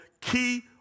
key